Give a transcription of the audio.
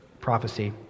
prophecy